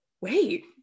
wait